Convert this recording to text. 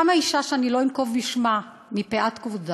קמה אישה שלא אנקוב בשמה מפאת כבודה,